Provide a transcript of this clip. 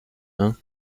hein